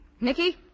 Nicky